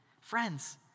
Friends